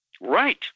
Right